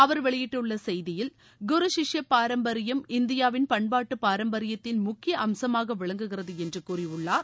அவர் வெளியிட்டுள்ள செய்தியில் குரு சிஷ்ய பாரம்பரியம் இந்தியாவின் பண்பாட்டு பாரம்பரியத்தின் முக்கிய அம்சமாக விளங்குகிறது என்று கூறியுள்ளார்